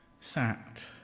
sat